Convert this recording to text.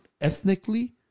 ethnically